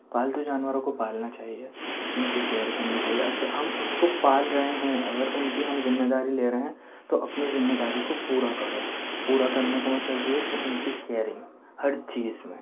پالتو جانوروں کو پالنا چاہیے اُن کی کیئر کرنی چاہیے اچھا ہم اُن کو پال رہے ہیں اگر اُن کی ہم ذمہ داری لے رہے ہیں تو اپنی ذمہ داری کو پورا کرو پورا کرنے کا مطلب یہ کہ اُن کی کیئرنگ ہر چیز میں